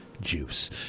juice